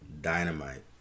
dynamite